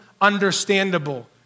understandable